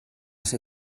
ser